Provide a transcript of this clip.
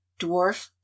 dwarf